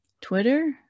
Twitter